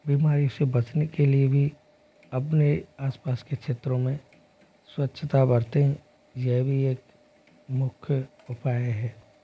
बीमारी से बचने के लिए भी अपने आसपास के क्षेत्रों में स्वच्छता भरते हैं यह भी एक मुख्य उपाय है